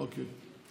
אוקיי.